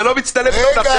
זה